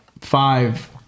five